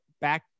back